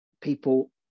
people